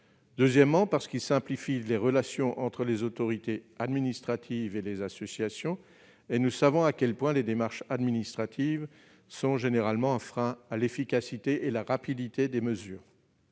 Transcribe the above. Deuxièmement, il simplifie les relations entre les autorités administratives et les associations ; nous savons à quel point les démarches administratives sont un frein à l'efficacité et à la rapidité des mesures.